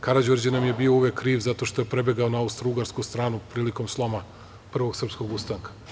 Karađorđe nam je uvek bio kriv zato što je prebegao na Austrougarsku stranu prilikom sloma Prvog srpskog ustanka.